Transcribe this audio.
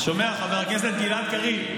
אתה שומע, חבר הכנסת גלעד קריב?